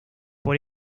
por